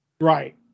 Right